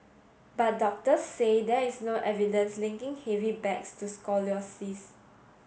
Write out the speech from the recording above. but doctors say there is no evidence linking heavy bags to scoliosis